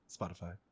Spotify